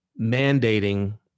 mandating